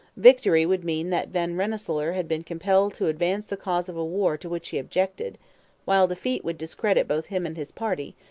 victory would mean that van rensselaer had been compelled to advance the cause of a war to which he objected while defeat would discredit both him and his party,